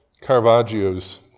Caravaggio's